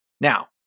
Now